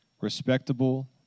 respectable